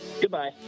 goodbye